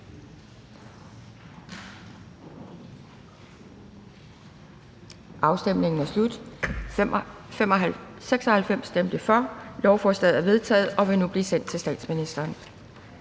hverken for eller imod stemte 0. Lovforslaget er vedtaget og vil nu blive sendt til statsministeren.